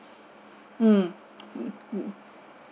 mm